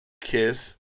Kiss